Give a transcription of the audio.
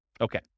Okay